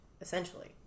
essentially